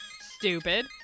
Stupid